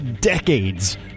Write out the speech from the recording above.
decades